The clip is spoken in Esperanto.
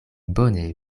bone